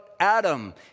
Adam